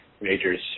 Majors